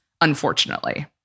unfortunately